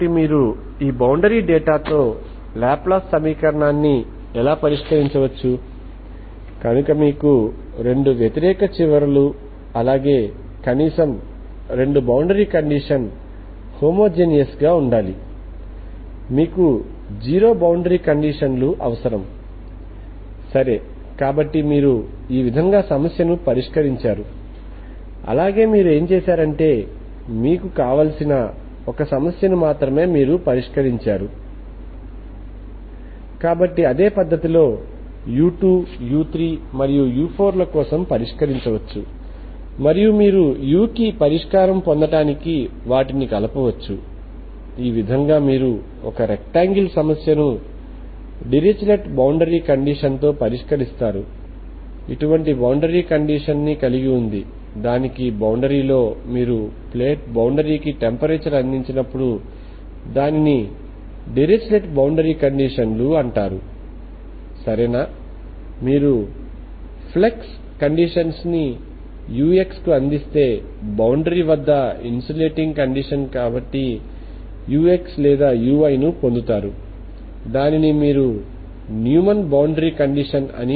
కాబట్టి మీరు లాప్లేస్ సమీకరణాన్ని పరిష్కరించేటప్పుడు స్థిరమైన స్థితిలో ఉన్న 2 డైమెన్షనల్ హీట్ ఈక్వేషన్ తో వ్యవహరిస్తున్నారు కాబట్టి ఆ కోణంలో మనము నిజంగా 2 డైమెన్షనల్ హీట్ ఈక్వేషన్ తో వ్యవహరిస్తున్నాము కాబట్టి ఇది మనము తదుపరి వీడియోలో చూస్తాము కాబట్టి మనము బౌండరీ డేటా మరియు రెండు కార్టీసియన్ కో ఆర్డినేట్ లతో లాప్లేస్ సమీకరణం యొక్క పరిష్కారాలను కనుగొనడానికి ప్రయత్నిస్తాము మీరు కార్టీసియన్ కో ఆర్డినేట్ లతో ప్రారంభించండి ఆపై మనము వృత్తాకార డొమైన్కి వెళ్తాము లేదా వివిధ రకాలైనటువంటి వృత్తాకార డొమైన్లకు వెళ్తాము